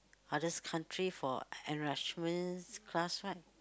others country for enrichment class right